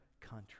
country